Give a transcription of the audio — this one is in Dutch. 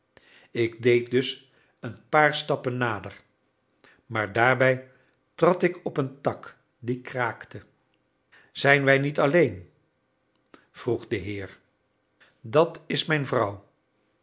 ik deed dus een paar stappen nader maar daarbij trad ik op een tak die kraakte zijn wij niet alleen vroeg de heer dat is mijn vrouw